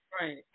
Right